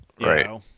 Right